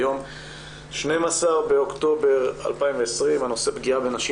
היום 12 באוקטובר 2020. הנושא: פגיעה בנשים